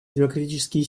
демократические